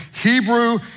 Hebrew